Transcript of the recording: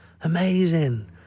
amazing